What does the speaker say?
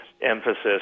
emphasis